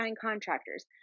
contractors